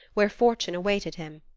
where fortune awaited him.